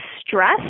stress